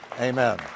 Amen